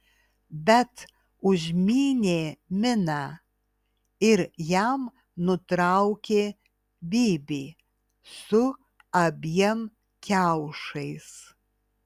bet užmynė miną ir jam nutraukė bybį su abiem kiaušais